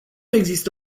există